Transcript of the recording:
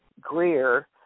Greer